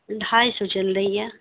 ڈھائی سو چل رہی ہے